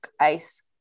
ice